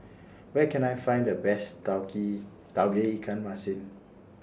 Where Can I Find The Best Tauge Tauge Ikan Masin